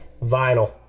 Vinyl